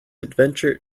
adventure